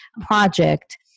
project